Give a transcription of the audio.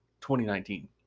2019